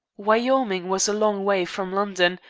wyoming was a long way from london,